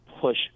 push